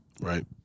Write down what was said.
Right